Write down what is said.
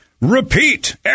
repeat